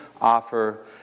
offer